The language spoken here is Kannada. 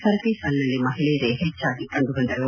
ಸರತಿ ಸಾಲಿನಲ್ಲಿ ಮಹಿಳೆಯರೇ ಹೆಚ್ಚಾಗಿ ಕಂಡುಬಂದರು